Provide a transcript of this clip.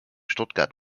stuttgart